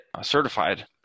certified